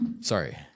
Sorry